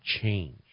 change